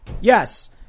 Yes